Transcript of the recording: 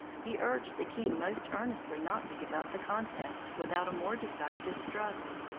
he urged the king most earnestly not to give up the contest without a more decisive struggle.